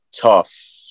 tough